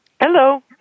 Hello